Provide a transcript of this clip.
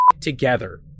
together